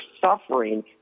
suffering –